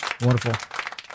Wonderful